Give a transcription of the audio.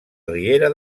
riera